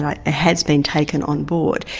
like has been taken on board,